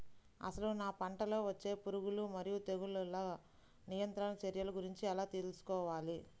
అసలు నా పంటలో వచ్చే పురుగులు మరియు తెగులుల నియంత్రణ చర్యల గురించి ఎలా తెలుసుకోవాలి?